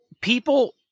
people